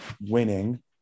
winning